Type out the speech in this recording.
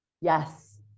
Yes